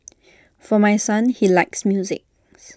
for my son he likes music